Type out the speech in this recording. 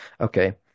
Okay